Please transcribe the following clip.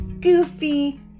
goofy